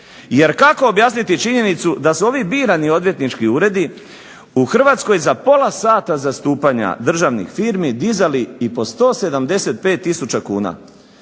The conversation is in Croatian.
Jer kako objasniti činjenicu da se ovi birani odvjetnički uredi u Hrvatskoj za pola sata zastupanja državnih firmi dizali i po 175000 kuna,